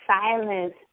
silence